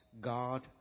God